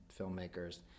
filmmakers